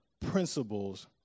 principles